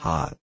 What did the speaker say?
Hot